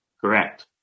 Correct